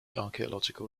archaeological